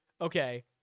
okay